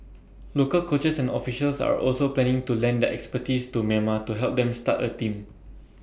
local coaches and officials are also planning to lend their expertise to Myanmar to help them start A team